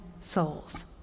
souls